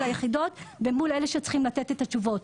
היחידות ומול אלה שצריכים לתת את התשובות.